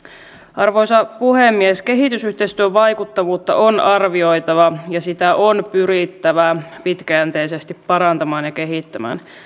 arvoisa puhemies kehitysyhteistyön vaikuttavuutta on arvioitava ja sitä on pyrittävä pitkäjänteisesti parantamaan ja kehittämään